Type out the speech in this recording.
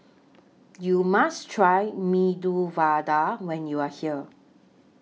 YOU must Try Medu Vada when YOU Are here